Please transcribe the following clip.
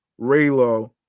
Raylo